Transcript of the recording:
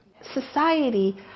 Society